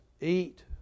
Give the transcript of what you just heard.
eat